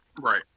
Right